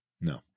No